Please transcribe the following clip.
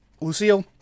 Lucille